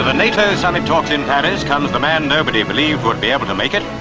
ah nato summit talks in paris comes the man nobody believed would be able to make it,